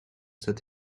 that